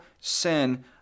sin